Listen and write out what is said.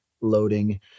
loading